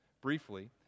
briefly